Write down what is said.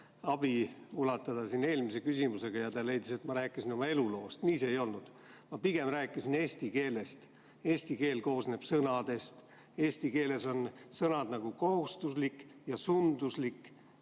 ulatada, ja ta leidis, et ma rääkisin oma eluloost. Nii see ei olnud. Ma pigem rääkisin eesti keelest. Eesti keel koosneb sõnadest, eesti keeles on sõnad nagu "kohustuslik" ja "sunduslik",